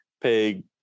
pay